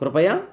कृपया